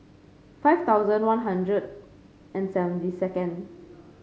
five thousand One Hundred and seventy second